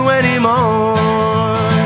anymore